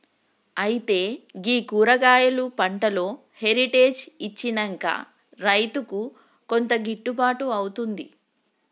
అయితే గీ కూరగాయలు పంటలో హెరిటేజ్ అచ్చినంక రైతుకు కొంత గిట్టుబాటు అవుతుంది